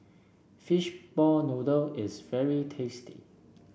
Fishball Noodle is very tasty